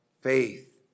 faith